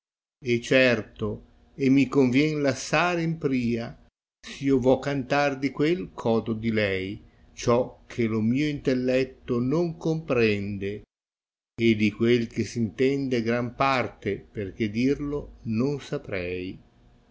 e certo e mi convien lassare in pria s io vo cantar di quel eh odo di lei ciò che lo mio intelletto non comprende e di quel che s intende gran parte perchè dirlo non saprei